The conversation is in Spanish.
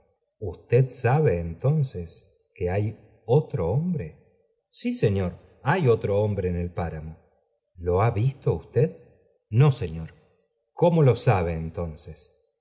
usted sabe entonces que hay otro hombre bí aenor hay otro hombre en el páramo lo ha visto usted no señor cómo lo sabe entonces